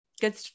Good